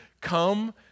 Come